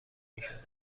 میشدند